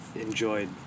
enjoyed